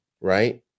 right